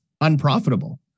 unprofitable